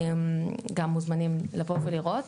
גם, מוזמנים לבוא ולראות,